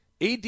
AD